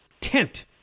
tent